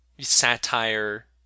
satire